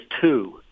two